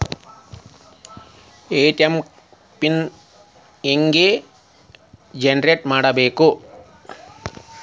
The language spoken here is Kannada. ಎ.ಟಿ.ಎಂ ಪಿನ್ ಹೆಂಗ್ ಜನರೇಟ್ ಮಾಡಬೇಕು?